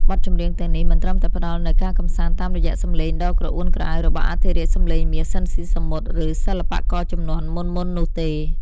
បទចម្រៀងទាំងនេះមិនត្រឹមតែផ្ដល់នូវការកម្សាន្តតាមរយៈសម្លេងដ៏ក្រអួនក្រអៅរបស់អធិរាជសម្លេងមាស ស៊ីន ស៊ីសាមុត ឬសិល្បករជំនាន់មុនៗនោះទេ។